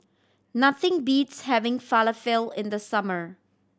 nothing beats having Falafel in the summer